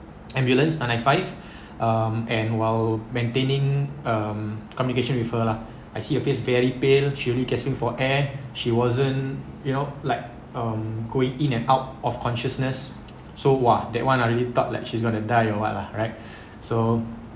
ambulance nine nine five um and while maintaining um communication with her lah I see her face very pale she really gasping for air she wasn't you know like um going in and out of consciousness so !wah! that one I really thought like she's gonna die or what lah right so